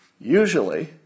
Usually